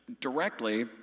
directly